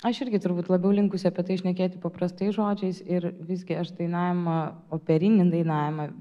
aš irgi turbūt labiau linkusi apie tai šnekėti paprastais žodžiais ir visgi aš dainavimą operinį dainavimą